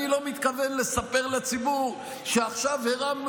אני לא מתכוון לספר לציבור שעכשיו הרמנו